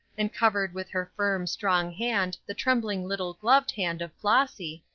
and covered with her firm, strong hand the trembling little gloved hand of flossy,